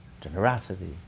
generosity